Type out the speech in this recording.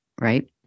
right